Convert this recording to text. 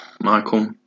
Michael